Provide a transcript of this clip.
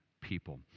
people